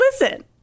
listen